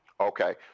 Okay